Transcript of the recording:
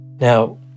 Now